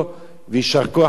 ויישר כוח על הצעת החוק.